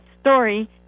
story